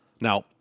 Now